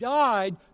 died